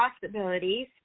possibilities